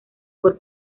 por